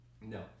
No